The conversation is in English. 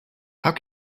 how